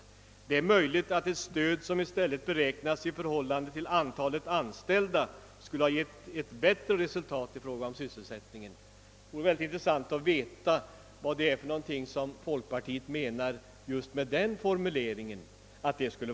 Man menar att det är möjligt att ett stöd som i stället beräknas på grundval av antalet anställda skulle ha givit ett bättre resultat i fråga om sysselsättningen. Det skulle vara mycket intres sant att få veta vad folkpartiet menar med denna formulering.